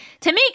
tamika